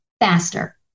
faster